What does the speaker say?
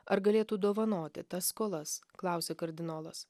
ar galėtų dovanoti tas skolas klausia kardinolas